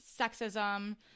sexism